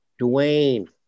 Dwayne